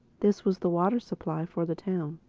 this was the water-supply for the town.